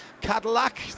Cadillac